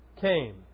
came